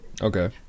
Okay